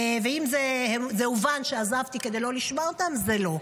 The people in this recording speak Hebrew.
אם זה הובן שעזבתי כדי לא לשמוע אותם, זה לא.